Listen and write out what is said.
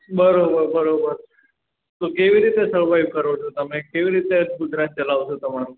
બરાબર બરાબર તો કેવી રીતે સર્વાઇવ કરો છો તમે કેવી રીતે ગુજરાન ચલાવો છો તમારું